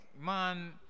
man